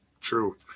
true